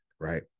right